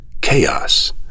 Chaos